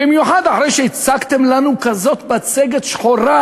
במיוחד אחרי שהצגתם לנו כזה מצג שחור,